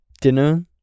dinner